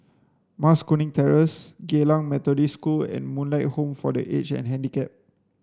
Mas Kuning Terrace Geylang Methodist School and Moonlight Home for the Aged and Handicapped